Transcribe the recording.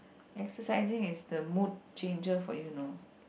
exercising is the mood changer for you you know